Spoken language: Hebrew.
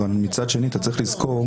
אבל מצד שני אתה צריך לזכור,